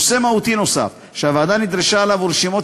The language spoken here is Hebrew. נושא מהותי נוסף שהוועדה נדרשה אליו הוא רשימות